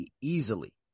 easily